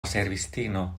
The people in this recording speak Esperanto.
servistino